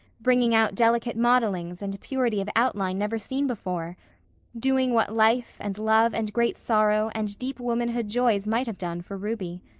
bringing out delicate modelings and purity of outline never seen before doing what life and love and great sorrow and deep womanhood joys might have done for ruby.